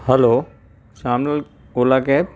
hello Shyam Lal Ola cab